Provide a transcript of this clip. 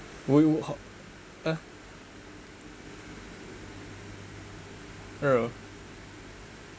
will you h~ uh real